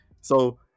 So-